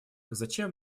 зачем